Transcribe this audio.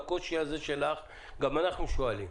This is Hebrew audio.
הקושי הזה שלך, גם אנחנו שואלים.